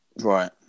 Right